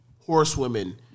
Horsewomen